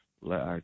let